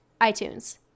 iTunes